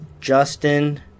justin